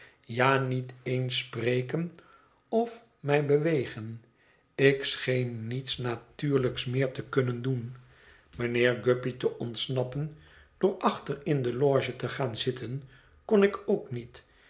ja niet eens spreken of mij bewegen ik scheen niets natuurlijks meer te kunnen doen mijnheer guppy te ontsnappen door achter in de loge te gaan zitten kon ik ook niet